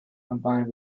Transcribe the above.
combined